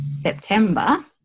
September